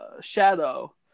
shadow